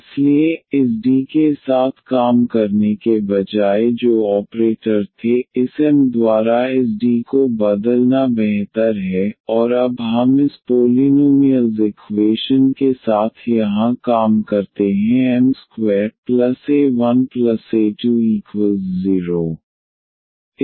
इसलिए इस D के साथ काम करने के बजाय जो ऑपरेटर थे इस एम द्वारा इस D को बदलना बेहतर है और अब हम इस पोलीनोमिअल्स इक्वेशन के साथ यहां काम करते हैं m2a1ma20